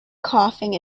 coughing